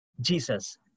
Jesus